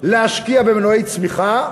להשקיע במנועי צמיחה,